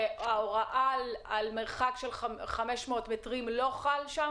שההוראה על מרחק של 500 מטרים לא חלה שם?